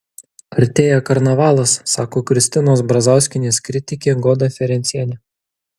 artėja karnavalas sako kristinos brazauskienės kritikė goda ferencienė